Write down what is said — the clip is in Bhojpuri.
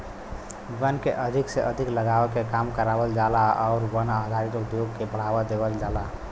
वन के अधिक से अधिक लगावे के काम करावल जाला आउर वन आधारित उद्योग के बढ़ावा देवल जाला